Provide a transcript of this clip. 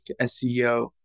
SEO